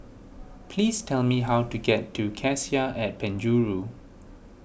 please tell me how to get to Cassia at Penjuru